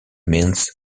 means